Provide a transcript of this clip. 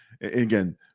again